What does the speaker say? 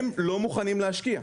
הם לא מוכנים להשקיע.